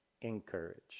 encouraged